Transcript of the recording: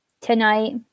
Tonight